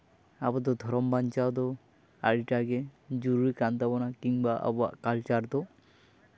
ᱟᱵᱚ ᱫᱚ ᱫᱷᱚᱨᱚᱢ ᱵᱟᱧᱪᱟᱣ ᱫᱚ ᱟᱹᱰᱤᱴᱟ ᱜᱮ ᱡᱩᱨᱩᱨᱤ ᱠᱟᱱ ᱛᱟᱵᱳᱱᱟ ᱠᱤᱱᱛᱩ ᱟᱵᱚᱣᱟᱜ ᱠᱟᱞᱪᱟᱨ ᱫᱚ